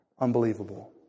unbelievable